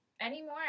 anymore